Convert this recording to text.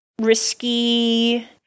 Risky